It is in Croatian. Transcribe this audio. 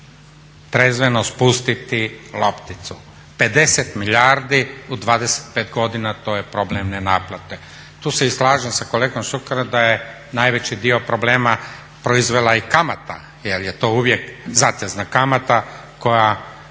trezveno spustiti lopticu, 50 milijardi u 25 godina to je problem ne naplate. Tu se slažem sa kolegom Šukerom da je najveći dio problema proizvela i kamata jel je to uvijek zatezna kamata koja